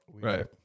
Right